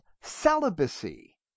celibacy